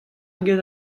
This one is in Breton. eget